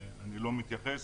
אני לא מתייחס,